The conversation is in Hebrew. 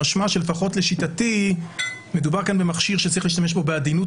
משמע שלפחות לשיטתי מדובר פה במכשיר שצריך להשתמש בו בעדינות